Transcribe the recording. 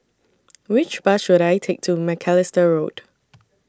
Which Bus should I Take to Macalister Road